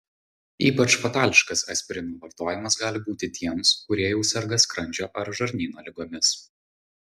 ypač fatališkas aspirino vartojimas gali būti tiems kurie jau serga skrandžio ar žarnyno ligomis